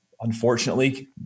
unfortunately